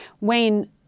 Wayne